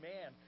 man